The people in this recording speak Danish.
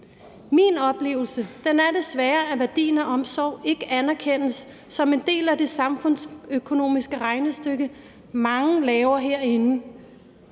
Min oplevelse er desværre, at værdien af omsorg ikke anerkendes som en del af det samfundsøkonomiske regnestykke, mange laver herinde.